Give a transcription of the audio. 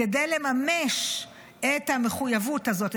כדי לממש את המחויבות הזאת,